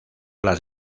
las